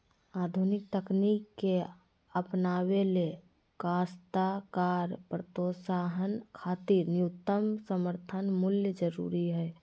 आधुनिक तकनीक के अपनावे ले काश्तकार प्रोत्साहन खातिर न्यूनतम समर्थन मूल्य जरूरी हई